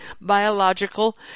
biological